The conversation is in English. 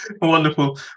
Wonderful